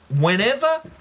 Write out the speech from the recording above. whenever